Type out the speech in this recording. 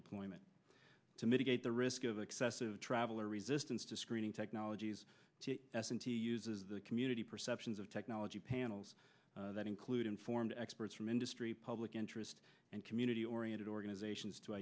deployment to mitigate the risk of excessive travel or resistance to screening technologies and to uses the community perceptions of technology panels that include informed experts from industry public interest and community oriented organizations to